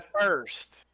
first